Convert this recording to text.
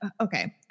okay